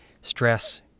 stress